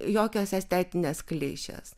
jokios estetinės klišės